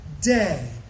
day